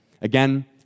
Again